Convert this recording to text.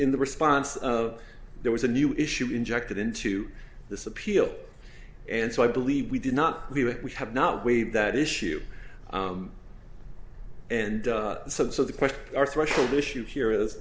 in the response of there was a new issue injected into this appeal and so i believe we did not do it we have not waived that issue and some so the question our threshold issue here is